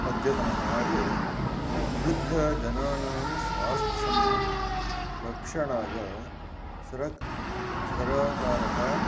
अद्यतनसमाजे वृद्धजनानां स्वास्थ्यं रक्षणाय सर्वं सर्वकारः